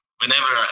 whenever